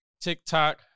TikTok